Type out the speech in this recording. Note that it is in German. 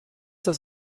das